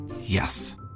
Yes